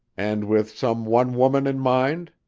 and with some one woman in mind?